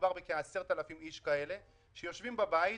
מדובר בכ-10,000 איש כאלה שיושבים בבית,